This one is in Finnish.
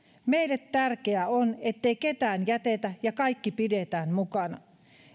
meille tärkeää on ettei ketään jätetä ja kaikki pidetään mukana